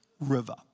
river